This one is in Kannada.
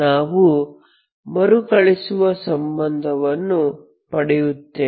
ನಾವು ಮರುಕಳಿಸುವ ಸಂಬಂಧವನ್ನು ಪಡೆಯುತ್ತೇವೆ